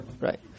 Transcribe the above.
Right